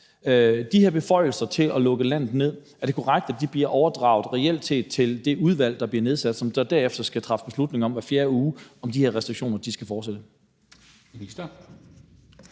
de her beføjelser til at lukke landet ned, er det så korrekt, at de reelt set bliver overdraget til det udvalg, der bliver nedsat, som så derefter skal træffe beslutning hver fjerde uge, om de her restriktioner skal fortsætte?